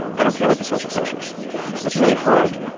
i don't care about the social pressures, but that's really hard.